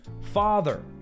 father